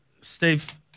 Steve